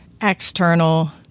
external